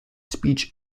speech